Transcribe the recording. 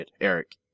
eric